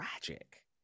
tragic